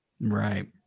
Right